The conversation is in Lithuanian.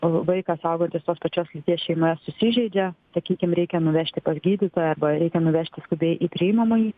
vaikas augantis tos pačios lyties šeimoje susižeidžia sakykim reikia nuvežti pas gydytoją arba reikia nuvežti skubiai į priimamąjį